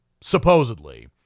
supposedly